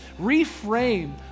reframe